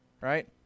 Right